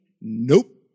Nope